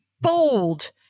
bold